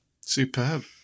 Superb